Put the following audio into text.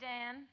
Dan